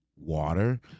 water